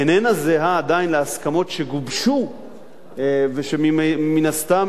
איננה זהה עדיין להסכמות שגובשו ושמן הסתם